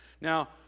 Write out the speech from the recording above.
Now